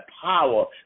power